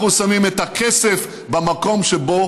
אנחנו שמים את הכסף במקום שבו